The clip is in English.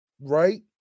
Right